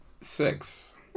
Six